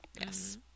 yes